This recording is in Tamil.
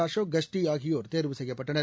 அசோக் கஸ்டி ஆகியோர் தேர்வு செய்யப்பட்டனர்